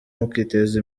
mukiteza